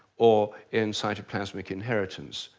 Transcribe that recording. or in cytoplasmic inheritance.